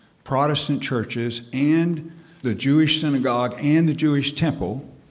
protestant churches, and the jewish synagogue, and the jewish temple,